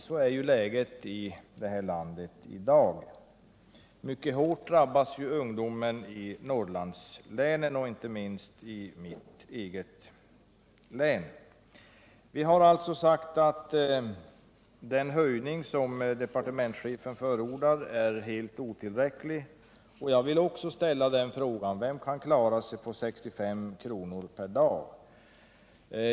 Så är ju läget i det här landet i dag. Ungdomen i Norrlandslänen drabbas mycket hårt, inte minst i mitt eget hemlän. Vi har alltså sagt att den höjning som departementschefen förordar är helt otillräcklig. Jag vill fråga: Vem kan klara sig på 65 kr. per dag?